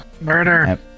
Murder